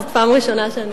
זאת הפעם הראשונה שאני,